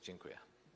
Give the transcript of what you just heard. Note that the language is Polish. Dziękuję.